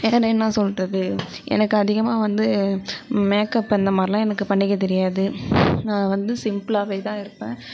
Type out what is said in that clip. வேற என்ன சொல்றது எனக்கு அதிகமாக வந்து மேக்கப் அந்த மாதிரிலாம் பண்ணிக்க தெரியாது நான் வந்து சிம்பிளாகவே தான் இருப்பேன்